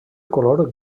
color